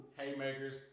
haymakers